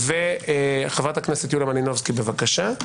בבקשה.